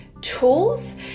tools